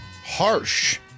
Harsh